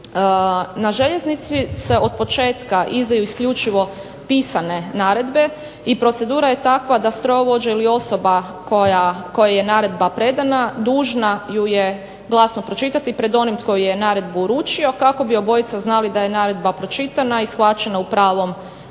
Na željeznici se od početka izdaju isključivo pisane naredbe i procedura je takva da strojovođa ili osoba kojoj je naredba predana dužna ju je glasno pročitati pred onim tko je naredbu uručio kako bi obojica znali da je naredba pročitana i shvaćena u pravom smislu